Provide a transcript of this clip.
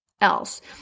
else